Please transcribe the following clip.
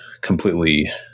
completely